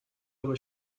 aber